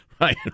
Right